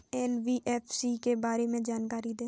NBFC के बारे में जानकारी दें?